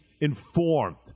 informed